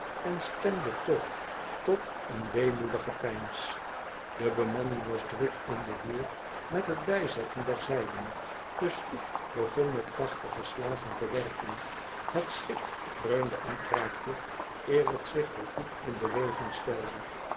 en stemde toch tot een weemoedig gepeins de bemanning was druk in de weer met het bijzetten der zeilen de schroef begon met krachtige slagen te werken het schip kreunde en kraakte eer het zich voor goed in beweging stelde